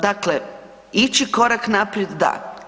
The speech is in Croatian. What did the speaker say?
Dakle, ići korak naprijed, da.